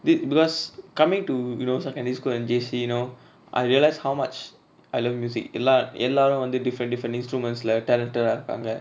the because coming to you know secondary school and J_C you know I realised how much I love music எல்லா எல்லாரு வந்து:ella ellaru vanthu different different instruments lah talented ah இருக்காங்க:irukanga